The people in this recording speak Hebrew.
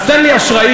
אז תן לי אשראִי,